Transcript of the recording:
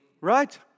Right